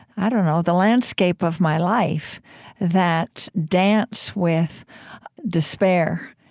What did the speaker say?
i don't know the landscape of my life that dance with despair,